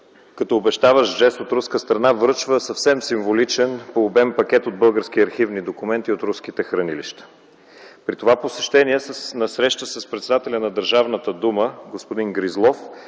като обещаващ жест от руска страна връчва съвсем символичен по обем пакет от български архивни документи от руските хранилища. При това посещение, на среща с председателя на Държавната дума господин Гризлов